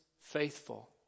faithful